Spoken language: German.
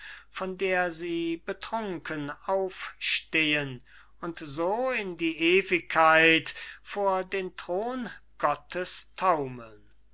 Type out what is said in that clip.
von der sie betrunken aufstehen und so in die ewigkeit vor den thron gottes